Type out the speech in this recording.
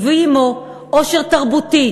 הביא עמו עושר תרבותי,